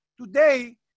today